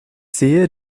sehe